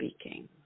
speaking